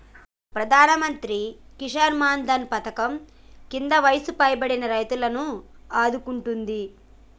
ప్రధానమంత్రి కిసాన్ మాన్ ధన్ పధకం కింద వయసు పైబడిన రైతులను ఆదుకుంటుంది